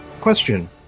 Question